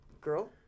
girl